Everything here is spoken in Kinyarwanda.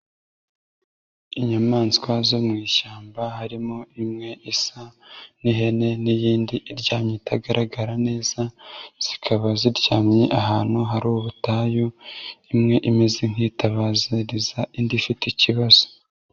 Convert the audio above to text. Inyamaswa zo mu ishyamba harimo imwe isa n'ihene n'iyindi iryamye itagaragara neza, zikaba ziryamye ahantu hari ubutayu, imwe imeze nk'itabazariza indi ifite ikibazo.